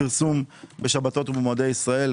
הפרסום בשבתות ומועדי ישראל.